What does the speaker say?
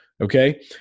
okay